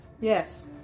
Yes